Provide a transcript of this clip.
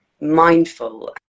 mindful